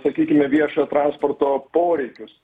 sakykime viešojo transporto poreikius